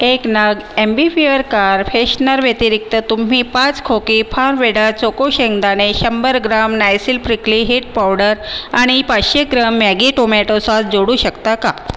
एक नग Ambipur car फ्रेशनरव्यतिरिक्त तुम्ही पाच खोकी फार्मवेडा चोको शेंगदाणे शंभर gram Nycil prickly heat powder आणि पाचशे ग्राम मॅगी टोमॅटो सॉस जोडू शकता का